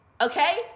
okay